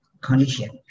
condition